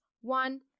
One